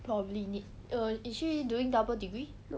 probably need err is she doing double degree